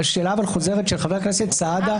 שאלה חוזרת של חבר הכנסת סעדה,